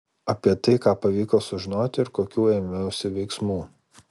apie tai ką pavyko sužinoti ir kokių ėmiausi veiksmų